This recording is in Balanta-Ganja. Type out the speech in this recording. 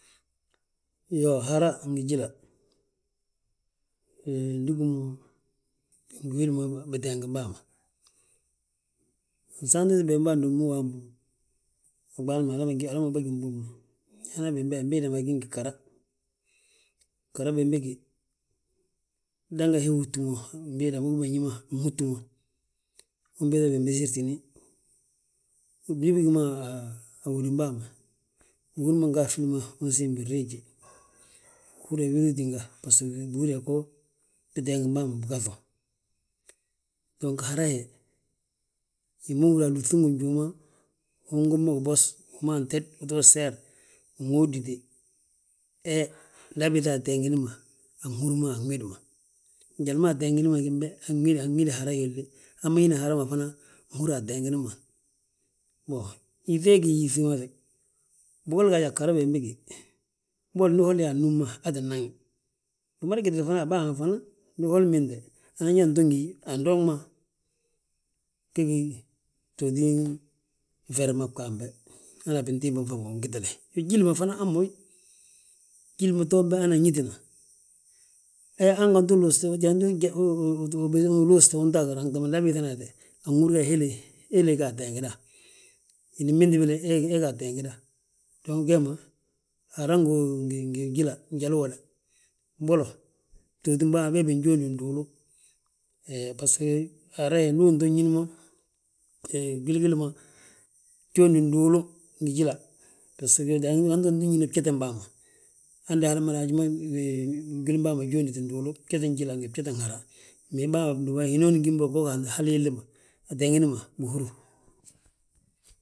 Iyoo, hara ngi jíla, hee ndu ugí mo bingi widi mo biteengim bàa ma. Nsaantiti bembe waamu, ɓaali ma hala ma bâgí mbo. Nyaana bembe mbiida ma gí ngi ghara, ghara bembege. Dango he húti mo mbiida huben ñi ma nhút mo. Unbbiŧa binbesirtini, ndi bigí mo a hódim bàa ma, bihúna nga a ffili ma unsiimi, binriiji, uhúri yaa wiluu tínga. Bihúra go binteengim bàa ma bigaŧu, dong hara he, hi ma húri yaa alúŧi ngi njuuma, ungóbma gibos, uma ted uto seer, uŋóodite. He nda abiiŧa ateengini ma, anhúr ma, anwidi ma, njali ma ateengini ma gimbe, anwidi hara hilli hamma hina hara ma fana. nhúri ateengini ma. Boŋ, yíŧe ngi yíŧi ma reg, bigoli gaaj a ghara bembege, boli ndi holi yaa annúmma, aa ttin naŋi, wi ma gitile fana a bàa ma fana. Ndi holi binte, anan yaa anto ngi hi, andoŋma, ge gi btooti feri ma ga hamma. Hana a bintimbi ma faŋ ma wi gitile, jíli ma fana hamma wi. Jíli ma toom be hana añitina, he hanga uluusute, jandi uluuste unto a girantama, nda abiiŧanate, anhúri yaa héle, héle, ga ateegida. Hini mbinti béle, he ga ateengida, dong wee ma, hara hi go ngi jíla jalu uwoda. Mbolo, btootim bàa ma beebi njóndi nduulu, he hara ndu uto ñin mo, he gwili gilli ma, gjóndi nduulu ngi jíla. Bbasgo hanganti uñín mo, bjetem bàa ma, hande hli gwilim bàa ma jónditi nduulu bjetin jíla ngi bjetin hara. Mee bàa ma bindúba hínooni gím bo, hal hilli ma, ateengini ma, bihúru.